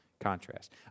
contrast